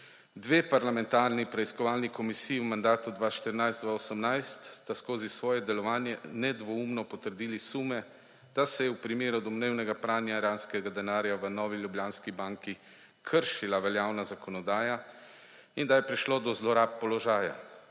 Dve parlamentarni preiskovalni komisiji v mandatu 2014−2018 sta skozi svoje delovanje nedvoumno potrdili sume, da se je v primeru domnevnega pranja iranskega denarja v Novi Ljubljanski banki kršila veljavna zakonodaja in da je prišlo do zlorab položaja.